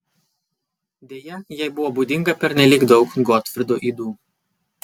deja jai buvo būdinga pernelyg daug gotfrido ydų